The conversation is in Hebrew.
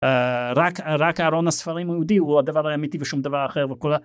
רק ארון הספרים יהודי הוא הדבר האמיתי ושום דבר אחר וכול ה.